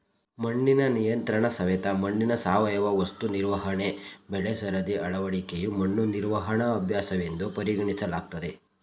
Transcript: ಮಣ್ಣಿನ ನಿಯಂತ್ರಣಸವೆತ ಮಣ್ಣಿನ ಸಾವಯವ ವಸ್ತು ನಿರ್ವಹಣೆ ಬೆಳೆಸರದಿ ಅಳವಡಿಕೆಯು ಮಣ್ಣು ನಿರ್ವಹಣಾ ಅಭ್ಯಾಸವೆಂದು ಪರಿಗಣಿಸಲಾಗ್ತದೆ